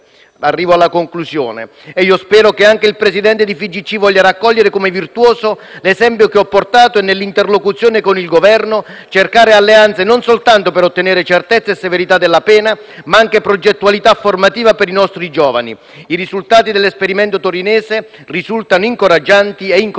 presidente Gravina. Io spero che anche il presidente della FIGC voglia raccogliere come virtuoso l'esempio che ho portato e nell'interlocuzione con il Governo cercare alleanze non soltanto per ottenere certezza e severità della pena, ma anche progettualità formativa per i nostri giovani. I risultati dell'esperimento torinese risultano incoraggianti, e incoraggiante